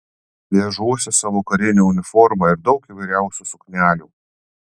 vežuosi savo karinę uniformą ir daug įvairiausių suknelių